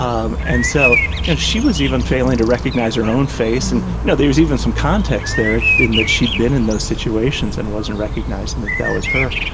um and so and she was even failing to recognise her own face. and you know there was even some context there in that she had been in those situations and wasn't recognising and that that was her.